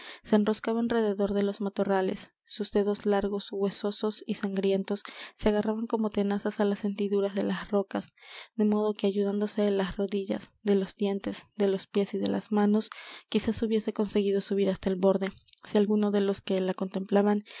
se enroscaba en derredor de los matorrales sus dedos largos huesosos y sangrientos se agarraban como tenazas á las hendiduras de las rocas de modo que ayudándose de las rodillas de los dientes de los pies y de las manos quizás hubiese conseguido subir hasta el borde si algunos de los que la contemplaban